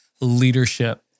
leadership